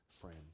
friend